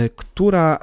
która